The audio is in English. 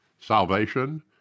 Salvation